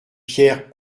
pierre